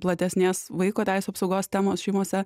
platesnės vaiko teisių apsaugos temos šeimose